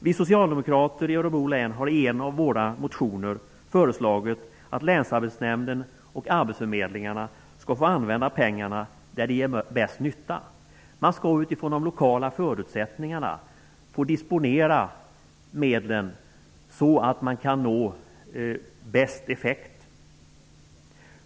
Vi socialdemokrater i Örebro län har i en av våra motioner föreslagit att länsarbetsnämnden och arbetsförmedlingarna skall få använda pengarna där de gör bäst nytta. Man skall utifrån de lokala förutsättningarna få disponera medlen så att man kan uppnå bäst effekt.